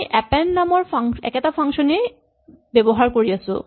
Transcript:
আমি এপেন্ড নামৰ একেটা ফাংচন এই ব্যৱহাৰ কৰি আছো